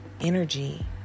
energy